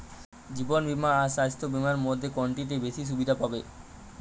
জীবন বীমা আর স্বাস্থ্য বীমার মধ্যে কোনটিতে বেশী সুবিধে পাব?